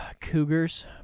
cougars